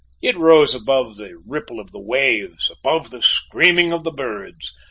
it rose above the ripple of the waves, above the screaming of the birds,